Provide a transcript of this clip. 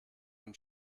dem